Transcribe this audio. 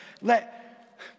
let